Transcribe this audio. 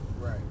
right